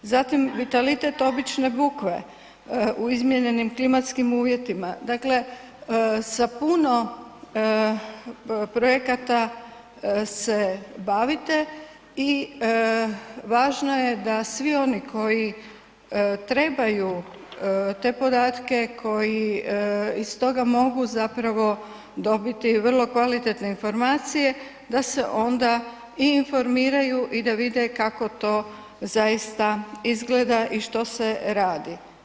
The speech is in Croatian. Zatim, vitalitet obične bukve u izmijenjenim klimatskim uvjetima, dakle sa puno projekata se bavite i važno je da svi oni koji trebaju te podatke koji iz toga mogu zapravo dobiti vrlo kvalitetne informacije, da se onda i informiraju i da vide kako to zaista izgleda i što se radi.